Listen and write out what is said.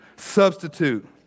substitute